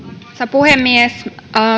puhemies